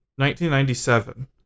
1997